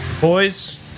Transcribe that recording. boys